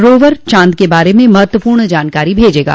rover चांद के बारे में महत्वपूर्ण जानकारी भेजेगा